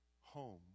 home